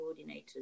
coordinators